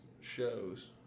shows